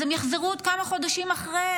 אז הם יחזרו עוד כמה חודשים אחרי.